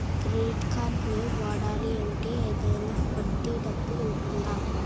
Credit కార్డ్ని వాడాలి అంటే ఏదైనా వడ్డీ డబ్బు ఉంటుందా?